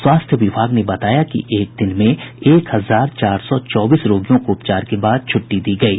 स्वास्थ्य विभाग ने बताया कि एक दिन में एक हजार चार सौ चोबीस रोगियों को उपचार के बाद छुट्टी दी गयी